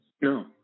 No